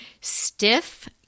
stiff